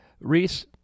reese